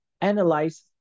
analyze